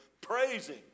praising